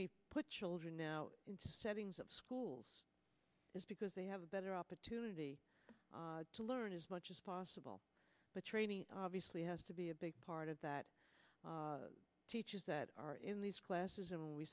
we put children out into settings of schools is because they have a better opportunity to learn as much as possible but training obviously has to be a big part of that teachers that are in these classes and w